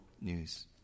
news